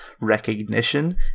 recognition